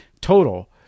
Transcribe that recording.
Total